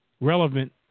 relevant